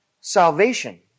salvation